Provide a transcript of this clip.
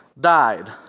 Died